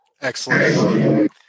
Excellent